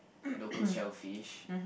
local shellfish